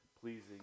pleasing